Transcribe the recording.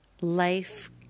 life